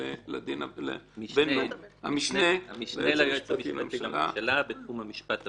המשנה ליועמ"ש לממשלה לתחום המשפט הבינלאומי.